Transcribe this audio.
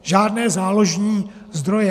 Žádné záložní zdroje.